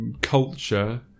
culture